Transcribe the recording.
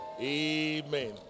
Amen